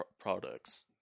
products